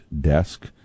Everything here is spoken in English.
desk